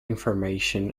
information